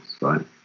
right